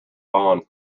dawn